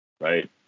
right